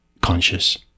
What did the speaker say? conscious